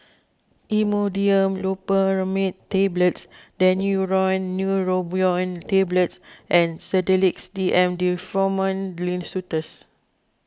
Imodium Loperamide Tablets Daneuron Neurobion Tablets and Sedilix D M